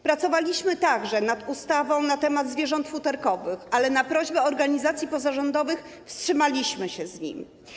Pracowaliśmy także nad ustawą na temat zwierząt futerkowych, ale na prośbę organizacji pozarządowych wstrzymaliśmy się z nią.